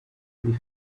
kuri